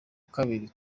kabiri